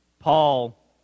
Paul